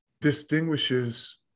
distinguishes